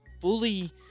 fully